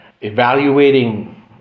evaluating